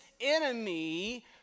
enemy